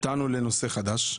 טענו לנושא חדש.